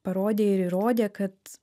parodė ir įrodė kad